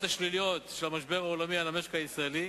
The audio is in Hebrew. השליליות של המשבר העולמי על המשק הישראלי,